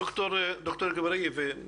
ד"ר אגבאריה,